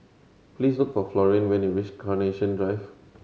please look for Florian when you reach Carnation Drive